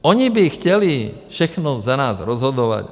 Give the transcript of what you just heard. Oni by chtěli všechno za nás rozhodovat.